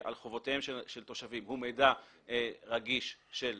שהמידע על חובותיהם של תושבים הוא מידע רגיש של אנשים,